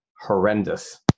horrendous